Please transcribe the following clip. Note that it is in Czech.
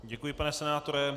Děkuji, pane senátore.